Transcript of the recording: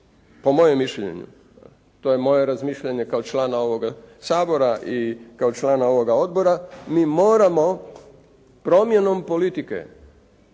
po mojem mišljenju, to je moje razmišljanje kao člana ovoga Sabora i kao člana ovoga odbora, mi moramo promjenom politike